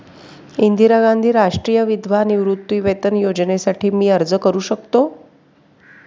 इंदिरा गांधी राष्ट्रीय विधवा निवृत्तीवेतन योजनेसाठी मी अर्ज करू शकतो?